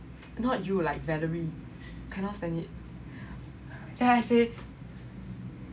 not you like valerie cannot stand it yeah as in